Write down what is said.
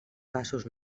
passos